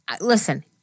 listen